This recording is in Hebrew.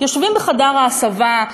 יושבים בחדר ההסבה,